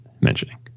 mentioning